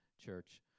church